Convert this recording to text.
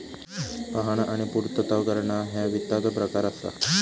पाहणा आणि पूर्तता करणा ह्या वित्ताचो प्रकार असा